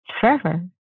forever